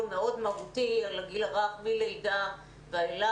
מאוד מהותי על הגיל הרך מלידה ואילך.